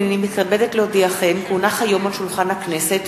הנני מתכבדת להודיעכם כי הונחו היום על שולחן הכנסת,